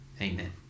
Amen